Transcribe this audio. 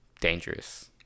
dangerous